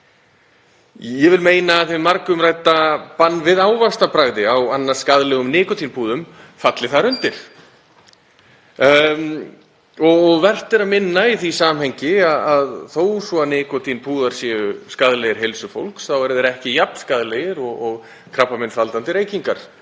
Ég vil meina að hið margumrædda bann við ávaxtabragði á annars skaðlegum nikótínpúðum falli þar undir. Vert er í því samhengi að minna á að þó svo að nikótínpúðar séu skaðlegir heilsu fólks þá eru þeir ekki jafn skaðlegir og krabbameinsvaldandi reykingar